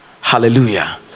Hallelujah